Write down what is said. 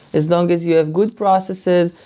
as long as you have good processes,